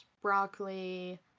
broccoli